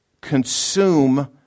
consume